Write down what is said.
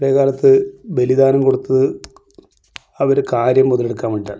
പഴയകാലത്ത് ബലിദാനം കൊടുത്തത് അവര് കാര്യം മുതലെടുക്കാൻ വേണ്ടീട്ടാണ്